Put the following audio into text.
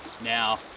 now